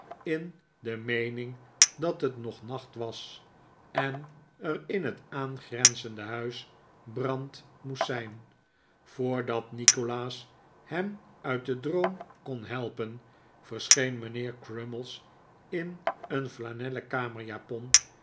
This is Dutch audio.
in de meening dat het nog nacht was en er in het aangrenzende huis brand moest zijn voordat nikolaas hen uit den droom kon helpen verscheen mijnheer crummies in een flanellen